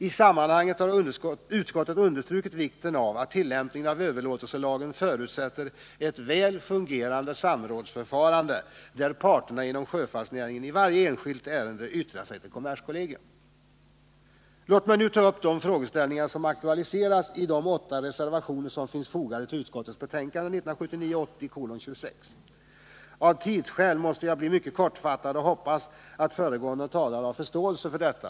I sammanhanget har utskottet understrukit att tillämpningen av överlåtelselagen förutsätter ett väl fungerande samrådsförfarande, där parterna inom sjöfartsnäringen i varje enskilt ärende yttrar sig till kommerskollegium. Låt mig nu ta upp de frågeställningar som aktualiseras i de åtta reservationer som finns fogade till utskottets betänkande 1979/80:26. Av tidsskäl måste jag bli mycket kortfattad, och jag hoppas att de föregående talarna har förståelse för detta.